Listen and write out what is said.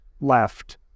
left